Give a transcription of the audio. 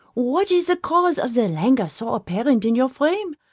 what is the cause of the languor so apparent in your frame?